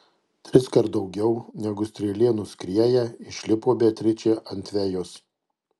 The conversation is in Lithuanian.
triskart daugiau negu strėlė nuskrieja išlipo beatričė ant vejos